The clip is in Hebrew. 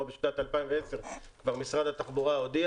בשנת 2010 משרד התחבורה כבר הודיע